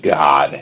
God